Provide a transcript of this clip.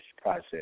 process